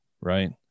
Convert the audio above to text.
Right